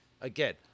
again